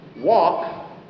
walk